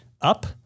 up